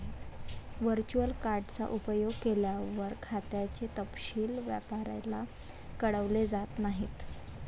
virtual card चा उपयोग केल्यावर, खात्याचे तपशील व्यापाऱ्याला कळवले जात नाहीत